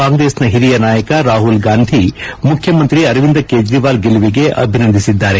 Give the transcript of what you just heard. ಕಾಂಗ್ರೆಸ್ನ ಹಿರಿಯ ನಾಯಕ ರಾಹುಲ್ ಗಾಂಧಿ ಮುಖ್ಯಮಂತ್ರಿ ಅರವಿಂದ ಕೇಜ್ರವಾಲ್ ಗೆಲುವಿಗೆ ಅಭಿನಂದಿಸಿದ್ದಾರೆ